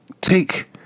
take